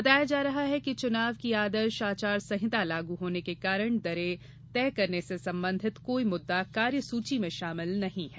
बताया जा रहा है कि चुनाव की आदर्श आचार संहिता लागू होने के कारण दरें तय करने से संबंधित कोई मुद्दा कार्य सूची में शामिल नहीं है